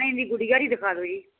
ਨਹੀਂ ਜੀ ਗੁੜੀਆ ਲਈ ਦਿਖਾ ਦਿਓ ਜੀ ਹਾਂਜੀ